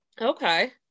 Okay